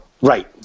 Right